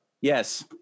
Yes